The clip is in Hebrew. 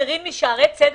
מרין משערי צדק.